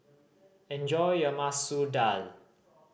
enjoy your Masoor Dal